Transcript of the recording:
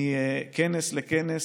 מכנס לכנס.